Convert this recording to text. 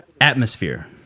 atmosphere